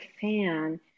fan